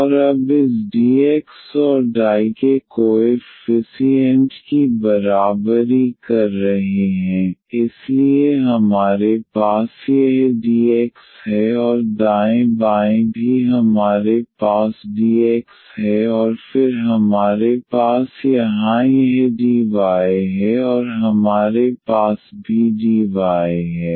और अब इस dx और डाई के कोएफ़्फिसिएंट की बराबरी कर रहे हैं इसलिए हमारे पास यह dx है और दाएं बाएं भी हमारे पास dx है और फिर हमारे पास यहां यह डाई है और हमारे पास भी dy है